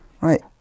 right